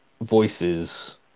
voices